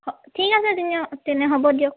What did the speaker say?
হ ঠিক আছে তেনে তেনে হ'ব দিয়ক